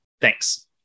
Thanks